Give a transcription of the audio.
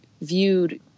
viewed